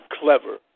clever